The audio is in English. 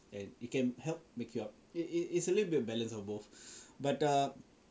and it can help make you up it it's a little bit a balance of both but err